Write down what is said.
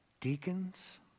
Deacons